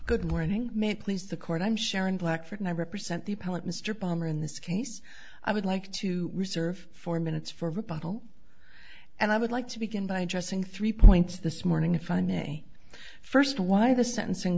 good morning mate please the court i'm sharon blackford and i represent the poet mr palmer in this case i would like to reserve four minutes for about all and i would like to begin by dressing three points this morning to find me first why the sentencing